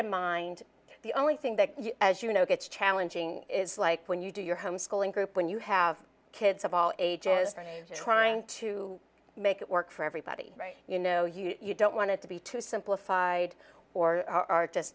in mind the only thing that as you know gets challenging is like when you do your homeschooling group when you have kids of all ages trying to trying to make it work for everybody you know you don't want it to be too simplified or are just